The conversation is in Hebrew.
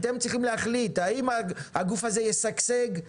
אתם צריכים להחליט האם הגוף הזה ישגשג,